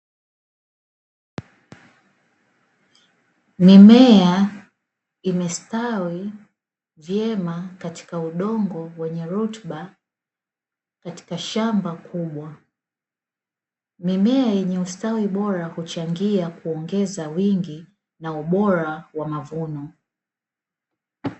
Mimea imestawi vyema katika udongo wenye rutuba katika shamba kibwa. Mimea yenye ustawi bora huchangia kuongeza wingi na mavuno.